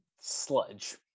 sludge